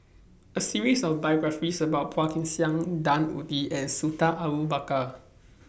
A series of biographies about Phua Kin Siang Dan Ying and Sultan Abu Bakar was recently published